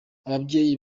ababyeyi